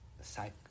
psych